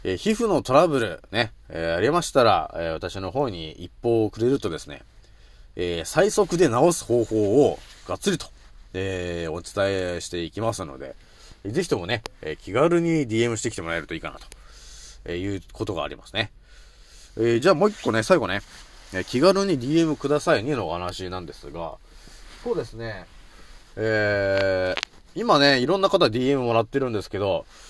えー、皮膚のトラブルね、えー、ありましたら、えー、私の方に一報をくれるとですね、えー、最速で治す方法をがっつりと、えー、お伝えしていきますので、ぜひともね、えー、気軽にDMしてきてもらえるといいかなと、えー、いうことがありますね。えー、じゃあもう一個ね、最後ね、えー、気軽にDMくださいねのお話なんですが、そうですね。えー、今ね、いろんな方DMもらってるんですけど、